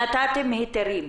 נתתם היתרים?